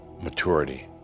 maturity